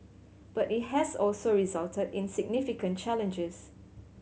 but it has also resulted in significant challenges